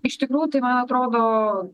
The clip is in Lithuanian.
iš tikrųjų tai man atrodo